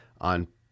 on